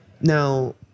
Now